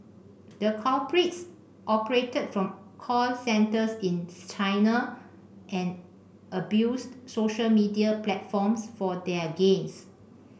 the culprits operated from call centres in China and abused social media platforms for their gains